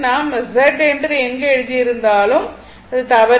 நாம் என்று எங்கு எழுதியிருந்தாலும் அது தவறு